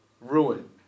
ruin